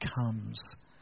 comes